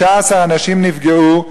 15 אנשים נפגעו,